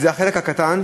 זה החלק הקטן,